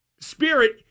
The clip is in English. Spirit